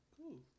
Cool